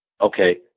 Okay